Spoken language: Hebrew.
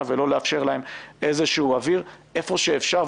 ולא לאפשר להן איזשהו אוויר איפה שאפשר,